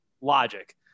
logic